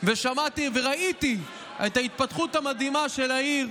ושמעתי וראיתי את ההתפתחות המדהימה של העיר